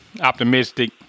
optimistic